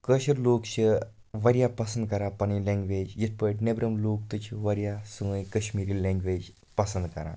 کٲشِر لوٗکھ چھ واریاہ پَسَند کَران پَنٕنۍ لیٚنٛگویج یِتھ پٲٹھۍ نیٚبرِم لوٗکھ تہِ چھِ واریاہ سٲنۍ کشمیٖری لیٚنگویج پَسنٛد کَران